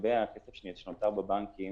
לגבי הכסף שנותר בבנקים,